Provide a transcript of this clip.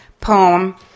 poem